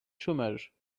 chômage